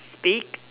speak